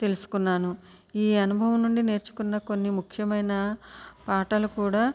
తెలుసుకున్నాను ఈ అనుభవం నుండి నేర్చుకున్న కొన్ని ముఖ్యమైన పాఠాలు కూడా